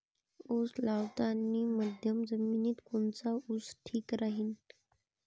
उस लावतानी मध्यम जमिनीत कोनचा ऊस ठीक राहीन?